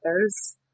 others